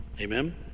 Amen